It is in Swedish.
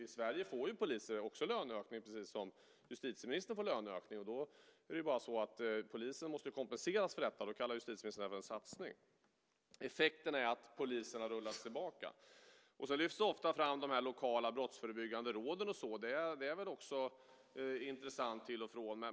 I Sverige får poliser också löneökning, precis som justitieministern får. Polisen måste kompenseras för detta, och då kallar justitieministern det en satsning. Effekten är att poliserna rullas tillbaka. Sedan lyfts ofta de lokala brottsförebyggande råden fram, och de är väl också intressanta till och från.